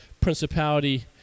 principality